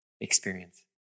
experience